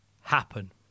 happen